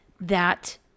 that-